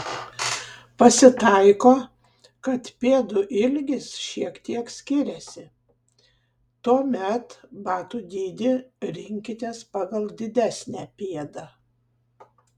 pasitaiko kad pėdų ilgis šiek tiek skiriasi tuomet batų dydį rinkitės pagal didesnę pėdą